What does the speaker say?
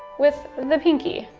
with the pinkie,